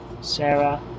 Sarah